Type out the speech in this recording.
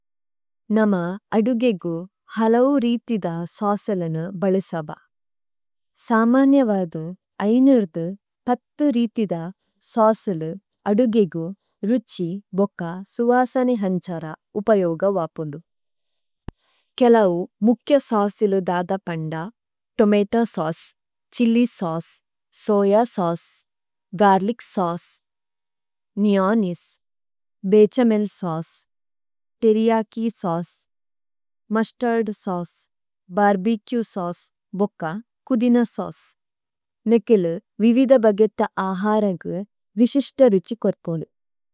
நமா அடு஗ே஗ு ஹலவு ரீதி஦ ஸாஸலந ஬ளிஸவ। ஸாமாண்யவா஦ ஆய்நிர்஦ பத்து ரீதி஦ ஸாஸலு அடு஗ே஗ு ருச்சி ஬ுகா ஸுவாஸநே ஹஞ்சர உப்பயோ஗ வா புதிந ஸாஸ் நெக்கிலு விவி஦ ப஗ிய்த ஆஹாரங்கு விஷிஷ்ட ருச்சி கொர்புளு।